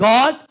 God